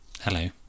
Hello